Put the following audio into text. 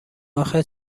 آخه